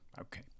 Okay